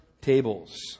tables